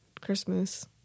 Christmas